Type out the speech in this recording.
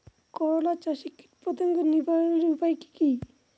করলা চাষে কীটপতঙ্গ নিবারণের উপায়গুলি কি কী?